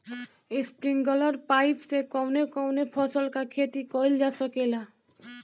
Sprinkler pipe से कवने कवने फसल क खेती कइल जा सकेला?